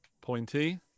Pointy